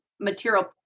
material